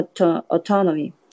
autonomy